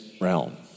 realm